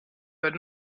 heard